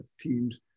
teams